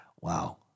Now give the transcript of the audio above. Wow